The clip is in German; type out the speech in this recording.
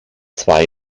zwei